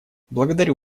благодарю